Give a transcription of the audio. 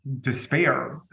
despair